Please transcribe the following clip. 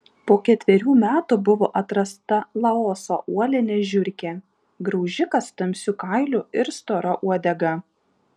po ketverių metų buvo atrasta laoso uolinė žiurkė graužikas tamsiu kailiu ir stora uodega